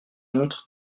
montre